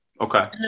Okay